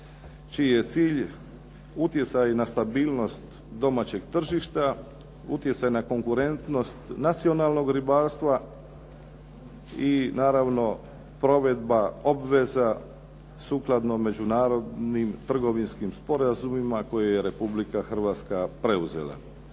čiji je cilj utjecaj na stabilnost domaćeg tržišta, utjecaj na konkurentnost nacionalnog ribarstva i naravno provedba obveza sukladno međunarodnih trgovinskim sporazumima koje je Republika Hrvatska preuzela.